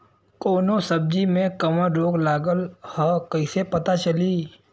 कौनो सब्ज़ी में कवन रोग लागल ह कईसे पता चली?